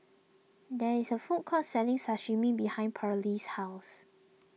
there is a food court selling Sashimi behind Pearley's house